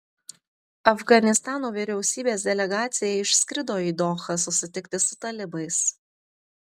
afganistano vyriausybės delegacija išskrido į dohą susitikti su talibais